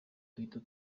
duhita